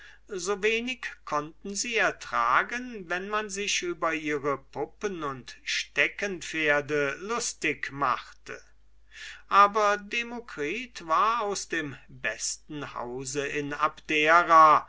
so wenig konnten sie ertragen wenn man sich über ihre puppen und steckenpferde lustig machte aber demokritus war aus dem besten hause in abdera